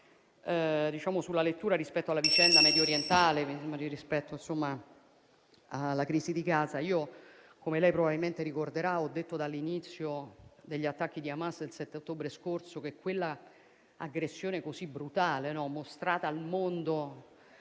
sulla lettura rispetto alla vicenda mediorientale, alla crisi di Gaza. Come lei probabilmente ricorderà, io ho detto dall'inizio degli attacchi di Hamas del 7 ottobre scorso che quell'aggressione così brutale, mostrata al mondo